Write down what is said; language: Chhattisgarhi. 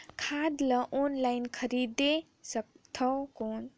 खाद ला ऑनलाइन खरीदे सकथव कौन?